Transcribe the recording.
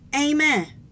Amen